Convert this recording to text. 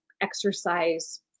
exercise